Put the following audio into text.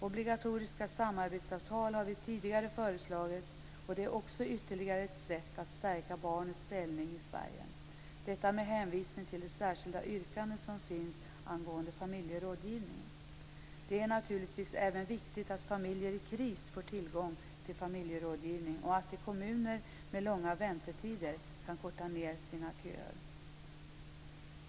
Obligatoriska samarbetssamtal har vi föreslagit tidigare. Det är ytterligare ett sätt att stärka barnets ställning i Sverige. Detta med hänvisning till det särskilda yrkande som finns angående familjerådgivning. Det är naturligtvis även viktigt att familjer i kris får tillgång till familjerådgivning och att de kommuner som har långa väntetider kan korta ned sina köer.